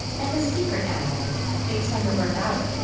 and a secret animal based on your birth hour.